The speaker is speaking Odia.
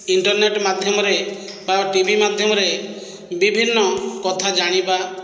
ଇଣ୍ଟର୍ନେଟ ମାଧ୍ୟମରେ ବା ଟିଭି ମାଧ୍ୟମରେ ବିଭିନ୍ନ କଥା ଜାଣିବା